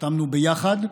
חתמנו ביחד,